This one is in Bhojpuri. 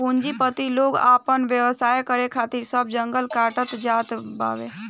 पूंजीपति लोग आपन व्यवसाय करे खातिर सब जंगल काटत जात बावे